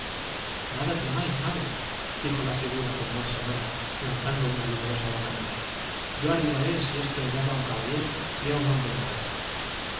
nada temáis madre dijo la figura con voz sonora lanzando una vigorosa bocanada yo arribaré si esto es dado a un caballero y a un hombre honrado